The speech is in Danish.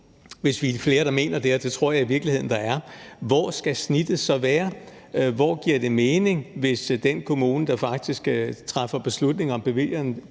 hvis vi er flere, der mener det, og det tror jeg i virkeligheden der er. Hvor skal snittet så være? Hvor giver det mening? Hvis det er kommunen, der faktisk træffer beslutning om bevillingerne